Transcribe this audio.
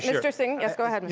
yeah mr. singh, yes, go ahead.